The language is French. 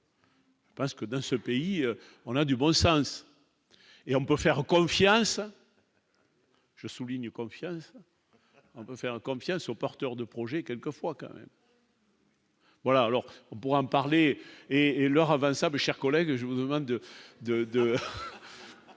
Parce que dans ce pays, on a du ça et on peut faire confiance. Je souligne confiance, on peut faire combien sont porteurs de projets, quelquefois quand même. Voilà, alors on pourra en parler et leur ravin savez chers collègues, je vous demande de